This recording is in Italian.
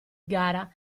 gara